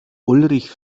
ulrich